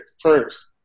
first